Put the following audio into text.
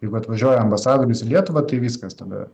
jeigu atvažiuoja ambasadorius į lietuvą tai viskas tada